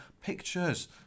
Pictures